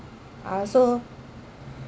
I also